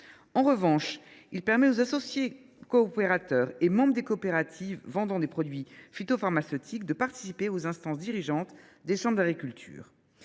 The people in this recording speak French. En revanche, il permet aux associés coopérateurs et membres de coopératives vendant des produits phytopharmaceutiques de participer aux instances dirigeantes des chambres d’agriculture.